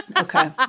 Okay